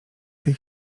tej